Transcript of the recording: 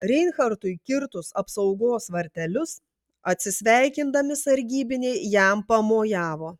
reinhartui kirtus apsaugos vartelius atsisveikindami sargybiniai jam pamojavo